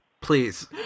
please